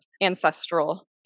ancestral